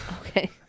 Okay